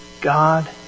God